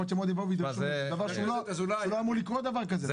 יכול להיות שהם עוד יבואו וידרשו זה לא אמור לקרות דבר כזה,